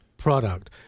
product